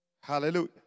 Hallelujah